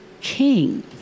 king